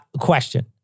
Question